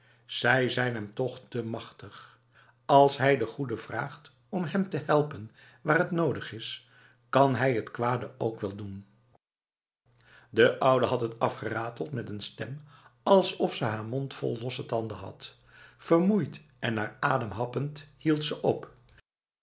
zij zijn hem toch te machtig als hij de goede vraagt om hem te helpen waar het nodig is kan hij het de kwade ook wel doenf de oude had het snel afgerateld met een stem alsof ze haar mond vol losse tanden had vermoeid en naar adem happend hield ze op